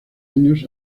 años